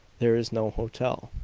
there is no hotel.